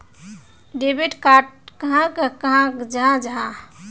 Debit card कहाक कहाल जाहा जाहा?